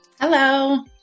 Hello